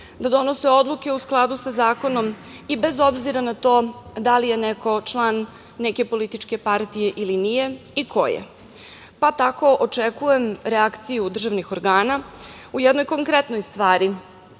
da donose odluke u skladu sa zakonom i bez obzira na to da li je neko član neke političke partije ili nije i koje. Tako očekujem reakciju državnih organa u jednoj konkretnoj stvari